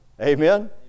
amen